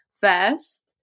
first